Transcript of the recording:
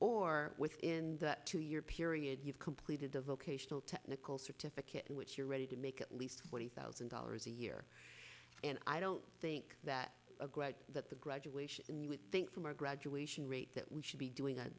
or within two year period you've completed a vocational technical certificate in which you're ready to make at least forty thousand dollars a year and i don't think that that the graduation you would think from our graduation rate that we should be doing